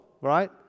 right